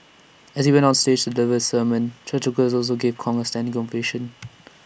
as he went on stage to deliver his sermon churchgoers also gave Kong A standing ovation